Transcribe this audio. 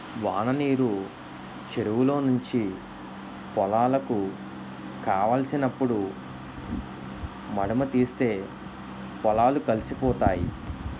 వాననీరు చెరువులో నుంచి పొలాలకు కావలసినప్పుడు మధుముతీస్తే పొలాలు కలిసిపోతాయి